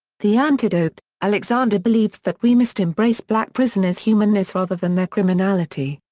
the antidote alexander believes that we must embrace black prisoners' humanness rather than their criminality.